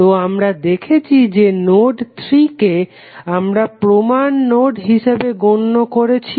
তো আমরা দেখেছি যে নোড 3 কে আমরা প্রমান নোড হিসাবে গণ্য করেছি